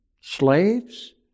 Slaves